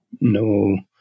no